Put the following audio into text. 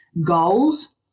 goals